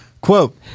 Quote